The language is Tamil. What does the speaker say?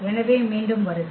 எனவே மீண்டும் வருக